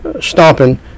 stomping